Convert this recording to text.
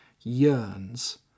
yearns